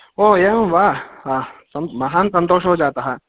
ओ एवं वा हा सन् महान् सन्तोषो जातः